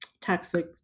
toxic